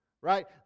right